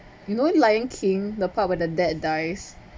you know the lion king the part where the dad dies